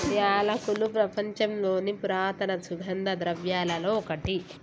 యాలకులు ప్రపంచంలోని పురాతన సుగంధ ద్రవ్యలలో ఒకటి